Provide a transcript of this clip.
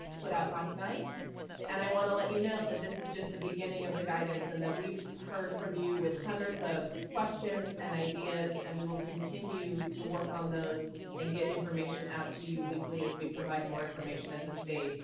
put out last night and i want to let you know that this is just the beginning of the guidance and that we've heard from you with hundreds of questions and ideas and we will continue to work on those and get information out to you weekly as we provide more information as a state.